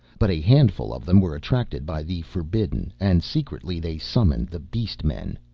but a handful of them were attracted by the forbidden, and secretly they summoned the beast men.